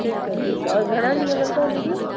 ठीकु आहे ठीकु आहे और घणा ॾींहं लॻंदा दीदी